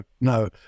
no